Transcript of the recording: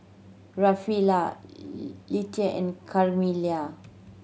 Rafaela Leitha and Carmella